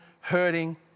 hurting